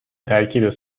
ترکیب